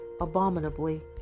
abominably